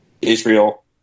Israel